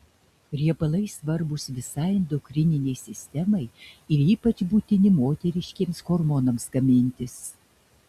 riebalai svarbūs visai endokrininei sistemai ir ypač būtini moteriškiems hormonams gamintis